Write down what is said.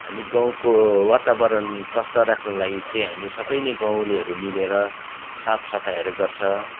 हामी गाउँको वातावरण स्वास्थ्य राख्नको लागि चाहिँ हामी सबै नै गाउँलेहरू मिलेर साफसफाइहरू गर्छौँ